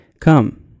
Come